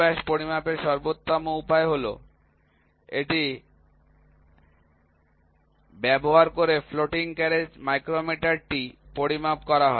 ছোট ব্যাস পরিমাপের সর্বোত্তম উপায় হল এটি ব্যবহার করে ফ্লোটিং ক্যারেজ মাইক্রোমিটার টি পরিমাপ করা